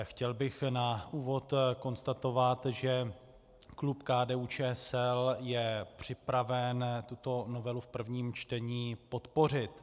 Chtěl bych na úvod konstatovat, že klub KDUČSL je připraven tuto novelu v prvním čtení podpořit.